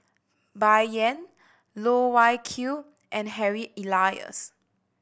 Bai Yan Loh Wai Kiew and Harry Elias